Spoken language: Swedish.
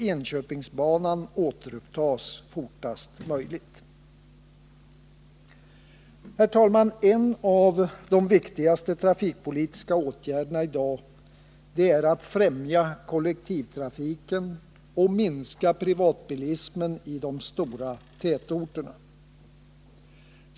En av de viktigaste trafikpolitiska åtgärderna i dag är att främja kollektivtrafiken och minska privatbilismen i de stora tätorterna.